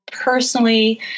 personally